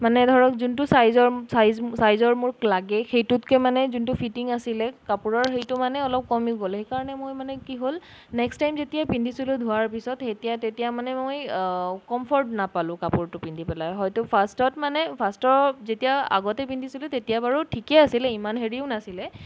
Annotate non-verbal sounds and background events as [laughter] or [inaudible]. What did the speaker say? মানে ধৰক যোনটো চাইজৰ চাইজ চাইজৰ মোক লাগে সেইটোতকৈ মানে যোনটো ফিটিঙ আছিলে কাপোৰৰ হেৰিটো মানে অলপ কমি গ'ল সেইকাৰণে মোৰ মানে কি হ'ল নেক্সট টাইম যেতিয়াই পিন্ধিছিলোঁ ধোৱাৰ পিছত [unintelligible] তেতিয়া মানে মই কমফৰ্ট নাপালোঁ কাপোৰটো পিন্ধি পেলাই হয়টো ফাৰ্ষ্টত মানে ফাৰ্ষ্টত যেতিয়া আগতেই পিন্ধিছিলো তেতিয়া বাৰু ঠিকেই আছিলে ইমান হেৰিও নাছিলে